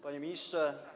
Panie Ministrze!